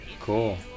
Cool